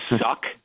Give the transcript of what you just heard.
suck